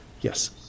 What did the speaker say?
yes